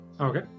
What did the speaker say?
Okay